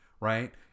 Right